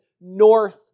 north